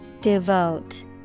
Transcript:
Devote